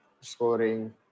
scoring